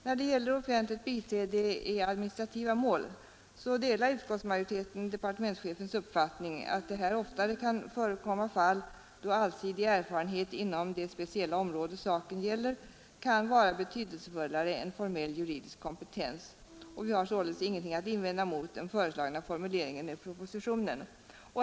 När det gäller offentligt biträde i administrativa mål delar utskottsmajoriteten departementschefens uppfattning att det här oftare kan förekomma fall, då allsidig erfarenhet inom det speciella område saken gäller kan vara betydelsefullare än formell juridisk kompetens. Vi har således ingenting att invända mot den i propositionen föreslagna formuleringen.